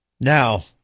now